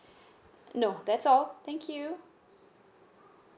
no that's all thank you